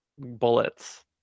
bullets